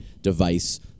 device